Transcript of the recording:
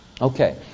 Okay